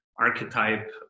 Archetype